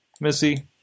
Missy